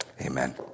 Amen